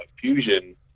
Fusion